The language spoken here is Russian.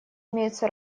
имеются